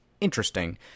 interesting